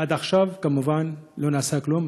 עד עכשיו כמובן לא נעשה כלום,